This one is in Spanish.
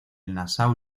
nassau